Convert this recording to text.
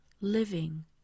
living